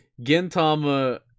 Gintama